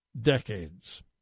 decades